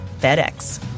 FedEx